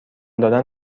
دادن